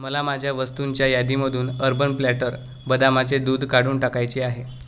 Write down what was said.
मला माझ्या वस्तूंच्या यादीमधून अर्बन प्लॅटर बदामाचे दूध काढून टाकायचे आहे